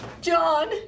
John